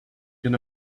can